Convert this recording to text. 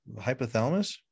hypothalamus